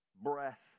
breath